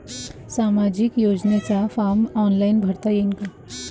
सामाजिक योजनेचा form online भरता येईन का?